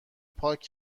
پاک